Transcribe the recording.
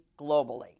globally